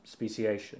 speciation